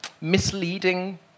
misleading